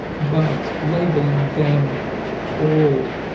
but labeling them all